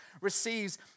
receives